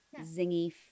zingy